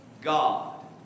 God